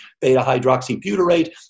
beta-hydroxybutyrate